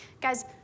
Guys